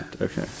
Okay